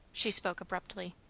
she spoke abruptly.